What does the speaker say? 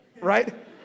right